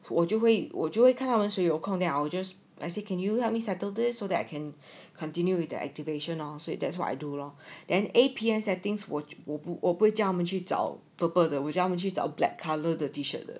我就会我就会看他们是有空 just like say can you help me settle this so that I can continue with the activation of that's what I do lor then A_P_N settings was 我不我不我会不去找 purple 的我会去找 black colour the t-shirt